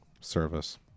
service